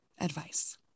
advice